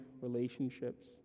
relationships